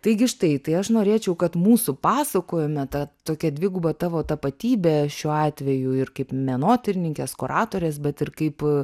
taigi štai tai aš norėčiau kad mūsų pasakojime ta tokia dviguba tavo tapatybė šiuo atveju ir kaip menotyrininkės kuratorės bet ir kaip